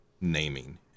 naming